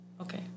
Okay